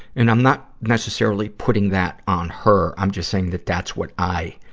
and i'm not necessarily putting that on her. i'm just saying that that's what i,